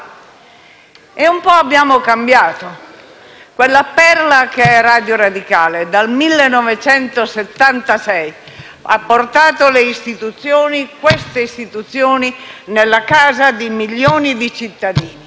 e un po' abbiamo cambiato. Quella perla che è Radio Radicale, dal 1976 ha portato queste istituzioni nella casa di milioni di cittadini.